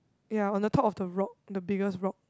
ya on the top of the rock the biggest rock